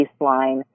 baseline